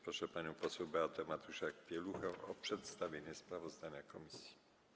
Proszę panią poseł Beatę Mateusiak-Pieluchę o przedstawienie sprawozdania komisji.